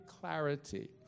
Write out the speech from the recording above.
clarity